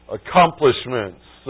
accomplishments